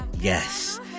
Yes